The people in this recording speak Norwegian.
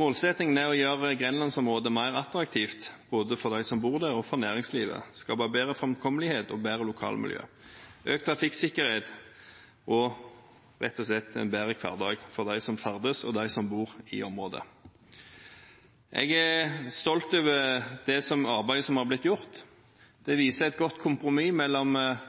Målsettingen er å gjøre Grenlandsområdet mer attraktivt, både for dem som bor der, og for næringslivet, og skape bedre framkommelighet, bedre lokalmiljø, økt trafikksikkerhet og rett og slett en bedre hverdag for dem som ferdes og bor i området. Jeg er stolt over det arbeidet som har blitt gjort. Det viser et godt kompromiss mellom